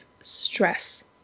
stress